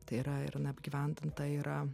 tai yra ir na apgyvendinta yra